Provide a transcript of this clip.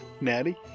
Natty